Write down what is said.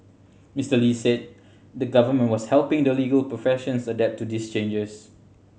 Mister Lee said the Government was helping the legal professions adapt to these changes